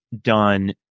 done